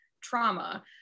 trauma